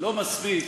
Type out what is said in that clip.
לא מספיק